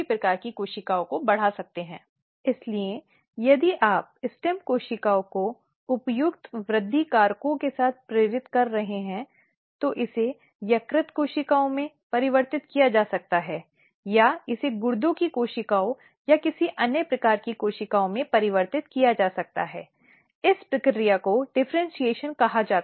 पार्टियों द्वारा दिए गए या दिए गए बयानों की शिकायत की शुद्धता या अन्यथा इस संबंध में दिए गए किसी भी बयान दोनों पक्षों के संरक्षण करना